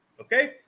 Okay